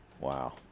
Wow